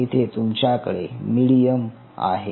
येथे तुमच्याकडे मिडीयम आहे